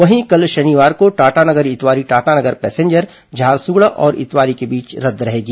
वहीं कल शनिवार को टाटानगर इतवारी टाटानगर पैसेंजर झारसुगड़ा और इतवारी के बीच रद्द रहेगी